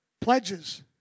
Pledges